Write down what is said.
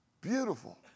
beautiful